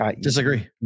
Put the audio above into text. Disagree